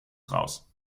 raus